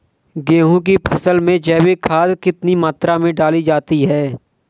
गेहूँ की फसल में जैविक खाद कितनी मात्रा में डाली जाती है?